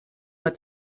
nur